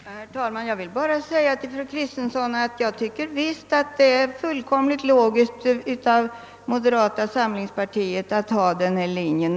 Herr talman! Jag vill bara till fru Kristensson säga att jag visst tycker att det är fullkomligt logiskt av moderata samlingspartiet att följa den här linjen.